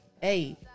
Hey